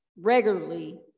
regularly